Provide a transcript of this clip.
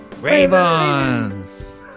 Ravens